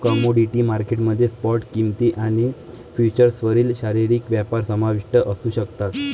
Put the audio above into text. commodity market मध्ये spot किंमती आणि फ्युचर्सवरील शारीरिक व्यापार समाविष्ट असू शकतात